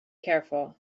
careful